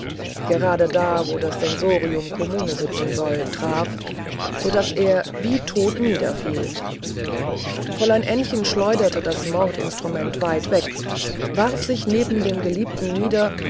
gerade da wo das sensorium commune sitzen soll traf so daß er wie tot niederfiel fräulein ännchen schleuderte das mordinstrument weit weg warf sich neben dem geliebten nieder